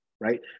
Right